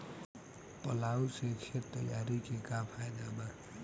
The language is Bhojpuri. प्लाऊ से खेत तैयारी के का फायदा बा?